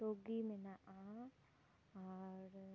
ᱛᱩᱜᱤ ᱢᱮᱱᱟᱜᱼᱟ ᱟᱨ